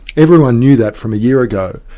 everyone knew that from a year ago.